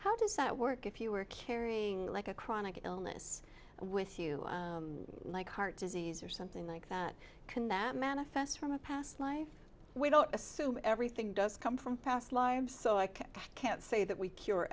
how does that work if you are carrying like a chronic illness with you like heart disease or something like that can that manifest from a past life we don't assume everything does come from past lives so i can't say that we cure